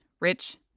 rich